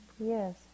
Yes